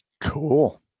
Cool